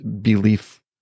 belief